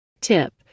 Tip